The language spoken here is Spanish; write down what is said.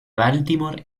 baltimore